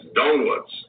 downwards